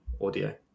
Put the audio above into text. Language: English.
audio